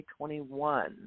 2021